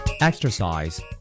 Exercise